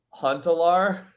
Huntalar